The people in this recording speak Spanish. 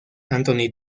anthony